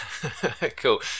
Cool